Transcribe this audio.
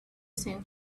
seen